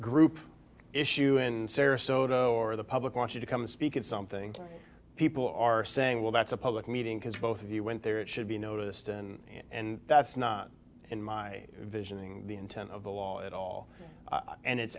group issue in sarasota or the public want you to come speak of something people are saying well that's a public meeting because both of you went there it should be noticed and that's not in my visioning the intent of the law at all and it's